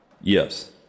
Yes